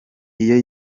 iyo